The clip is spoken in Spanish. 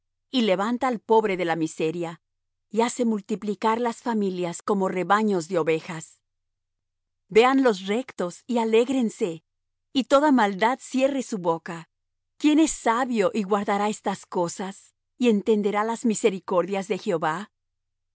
y levanta al pobre de la miseria y hace multiplicar las familias como rebaños de ovejas vean los rectos y alégrense y toda maldad cierre su boca quién es sabio y guardará estas cosas y entenderá las misericordias de jehová